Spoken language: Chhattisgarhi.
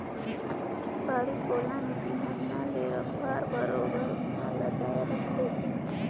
बाड़ी कोला में बिहन्हा ले रखवार बरोबर उहां लदाय रहथे